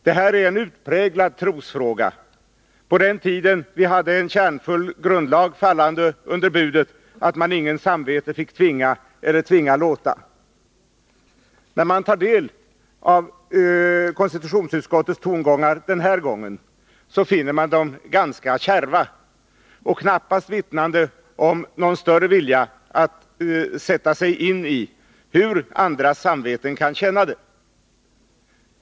Det här är en utpräglad trosfråga alltsedan den tiden då vi hade en kärnfull grundlag fallande under budet att man ingens samvete fick tvinga eller tvinga låta. När man tar del av konstitutionsutskottets tongångar den här gången, finner man dem vara ganska kärva och knappast vittnande om någon större vilja att sätta sig in i hur andras samveten kan känna det.